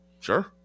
Sure